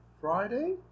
Friday